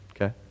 Okay